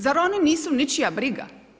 Zar oni nisu ničija briga?